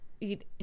eat